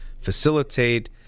facilitate